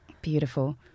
Beautiful